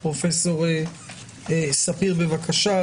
פרופ' ספיר, בבקשה.